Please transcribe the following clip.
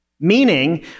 Meaning